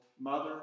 Mother